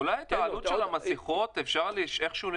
אולי את העלות של המסכות אפשר לשכלל